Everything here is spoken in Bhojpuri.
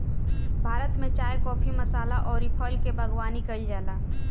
भारत में चाय, काफी, मसाला अउरी फल के बागवानी कईल जाला